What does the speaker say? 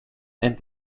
and